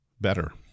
better